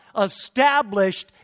established